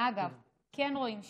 ואגב, כן רואים שינוי.